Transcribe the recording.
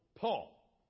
Paul